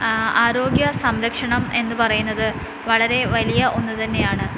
ആരോഗ്യ സംരക്ഷണം എന്നു പറയുന്നത് വളരെ വലിയ ഒന്ന് തന്നെയാണ്